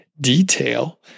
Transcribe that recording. detail